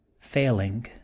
Failing